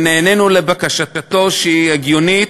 נענינו לבקשתו, שהיא הגיונית,